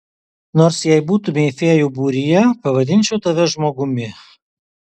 nors jei būtumei fėjų būryje pavadinčiau tave žmogumi